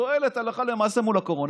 תועלת הלכה למעשה מול הקורונה,